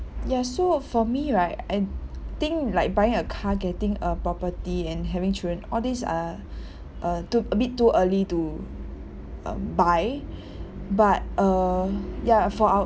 ya so for me right I think like buying a car getting a property and having children all these are a too a bit too early to uh buy but uh ya for our